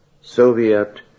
Soviet